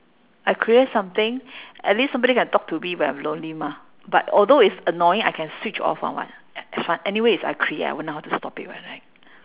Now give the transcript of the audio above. I create something at least somebody can talk to me when I'm lonely mah but although it's annoying I can switch off [one] [what] anyway is I create I'll know how to stop it [what] right